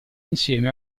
insieme